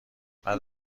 بعد